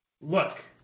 look